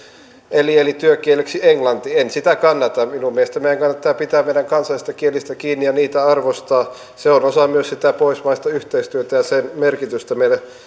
eli eli työkieleksi englanti en sitä kannata minun mielestäni meidän kannattaa pitää meidän kansallisista kielistämme kiinni ja niitä arvostaa se on osa myös sitä pohjoismaista yhteistyötä ja sen merkitystä meille